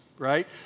Right